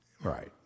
Right